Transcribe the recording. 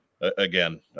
again